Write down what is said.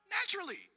Naturally